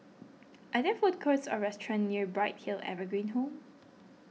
are there food courts or restaurants near Bright Hill Evergreen Home